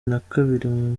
nakabiri